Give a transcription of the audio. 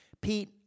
Pete